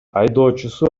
айдоочусу